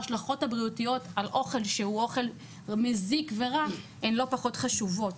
ההשלכות הבריאותיות מאוכל מזיק ורע הן לא פחות חשובות.